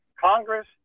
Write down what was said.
Congress